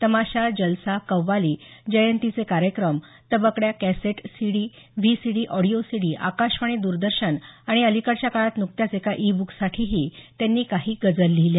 तमाशा जलसा कव्वाली जयंतीचे कार्यक्रम तबकड्या cassette CD VCD audio CD Akashvani Doordarshan आणि अलीकडच्या काळात नुकत्याच एका ई ब्र्क साठीही त्यांनी काही गझल लिहिल्या